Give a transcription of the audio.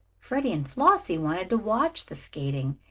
freddie and flossie wanted to watch the skating,